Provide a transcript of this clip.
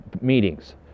meetings